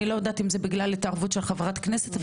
אני לא יודעת אם זה בגלל התערבות של חברת כנסת,